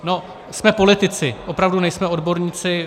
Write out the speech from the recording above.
No, jsme politici, opravdu nejsme odborníci.